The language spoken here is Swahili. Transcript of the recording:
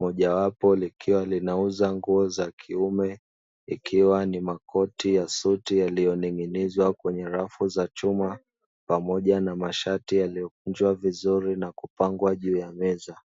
mojawapo likiwa linauza nguo za kiume, ikiwa ni makoti ya suti, yaliyoning'inizwa kwenye rafu za chuma pamoja na mashati yaliyokunjwa vizuri na kupangwa juu ya meza.